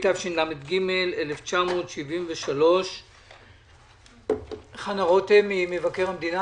התשל"ג- 1973. חנה רותם ממבקר המדינה,